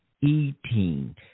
eating